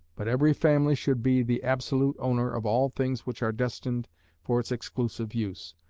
but every family should be the absolute owner of all things which are destined for its exclusive use.